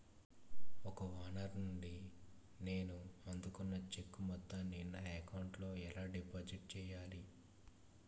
నా ఓనర్ నుండి నేను అందుకున్న చెక్కు మొత్తాన్ని నా అకౌంట్ లోఎలా డిపాజిట్ చేయాలి?